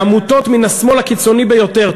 לעמותות מן השמאל הקיצוני ביותר,